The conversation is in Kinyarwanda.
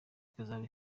ikazaba